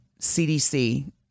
CDC